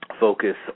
focus